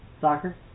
Soccer